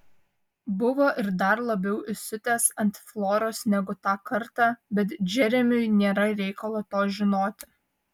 buvo ir dar labiau įsiutęs ant floros negu tą kartą bet džeremiui nėra reikalo to žinoti